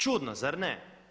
Čudno zar ne?